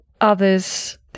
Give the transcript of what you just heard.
others